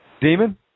Demon